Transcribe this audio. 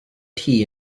tea